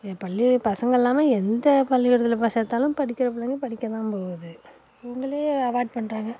ஏ பள்ளி பசங்கள் எல்லாமே எந்த பள்ளிக்கூடத்தில் ப சேர்த்தாலும் படிக்கிற பிள்ளைங்க படிக்க தான் போகுது இவங்களே அவாய்ட் பண்ணுறாங்க